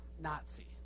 Nazi